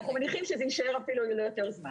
אנחנו מניחים שזה אפילו יישאר יותר זמן.